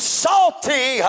salty